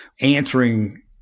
answering